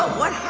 ah what